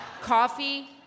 coffee